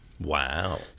Wow